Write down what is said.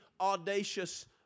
Audacious